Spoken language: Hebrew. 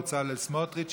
בצלאל סמוטריץ,